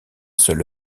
seul